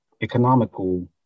economical